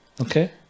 okay